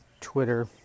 Twitter